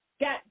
got